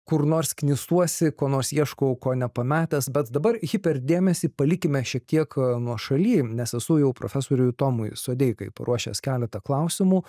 kur nors knisuosi ko nors ieškau ko nepametęs bet dabar hiper dėmesį palikime šiek tiek nuošaly nes esu jau profesoriui tomui sodeikai paruošęs keletą klausimų